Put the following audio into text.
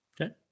Okay